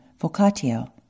vocatio